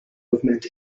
movement